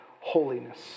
holiness